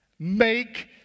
Make